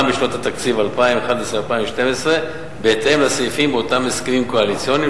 בשנות התקציב 2011 2012 בהתאם לסעיפים באותם הסכמים קואליציוניים